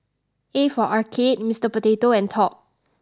A for Arcade Mister Potato and Top